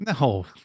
no